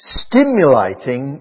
stimulating